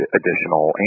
additional